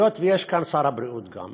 היות שגם שר הבריאות כאן,